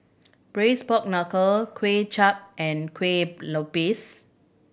Braised Pork Knuckle Kuay Chap and Kuih Lopes